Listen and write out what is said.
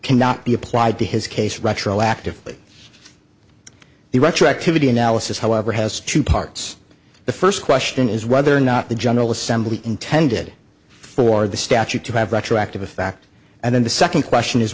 cannot be applied to his case retroactively the retroactivity analysis however has two parts the first question is whether or not the general assembly intended for the statute to have retroactive in fact and then the second question is